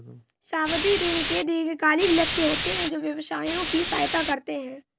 सावधि ऋण के दीर्घकालिक लक्ष्य होते हैं जो व्यवसायों की सहायता करते हैं